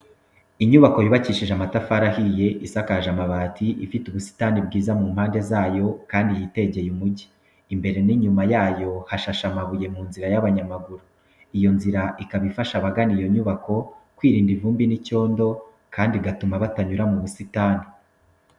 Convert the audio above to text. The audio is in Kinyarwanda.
Inyubako yubakishije amatafari ahiye, isakaje amabati, ifite ubusitani bwiza mu mpande zayo kandi yitegeye umujyi. Imbere n'inyuma yayo hashashe amabuye mu nzira y'abanyamaguru, iyo nzira ikaba ifasha abagana iyo nyubako kwirinda ivumbi n'icyondo kandi igatuma batanyura mu busitani.